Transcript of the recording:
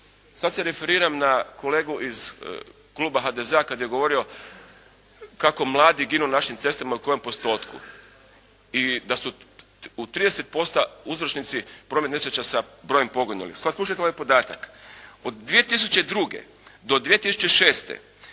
Sad se referiram na kolegu iz kluba HDZ-a kad je govorio kako mladi ginu na našim cestama i u kojem postotku i da su u 30% uzročnici prometnih nesreća sa brojem poginulih. Sad slušajte ovaj podatak. Od 2002. do 2006.